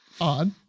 odd